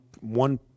one